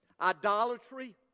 idolatry